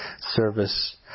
service